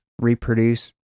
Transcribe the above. reproduce